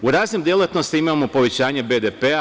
U raznim delatnostima imamo povećanje BDP.